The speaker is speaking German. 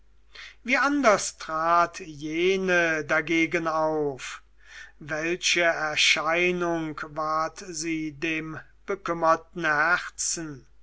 wie anders trat jene dagegen auf welche erscheinung ward sie dem bekümmerten herzen